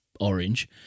orange